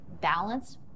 balance